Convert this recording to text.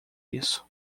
isso